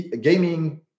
gaming